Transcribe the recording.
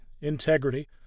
integrity